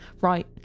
Right